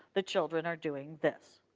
the children are doing this